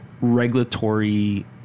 regulatory